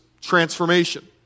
transformation